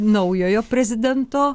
naujojo prezidento